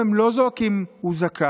היום הם לא זועקים: הוא זכאי,